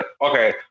okay